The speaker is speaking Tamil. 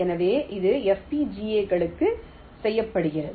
எனவே இது FPGA களுக்கு செய்யப்படுகிறது